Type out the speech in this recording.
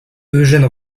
eugène